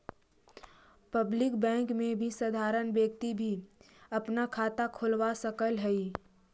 public bank में साधारण व्यक्ति भी अपना खाता खोलवा सकऽ हइ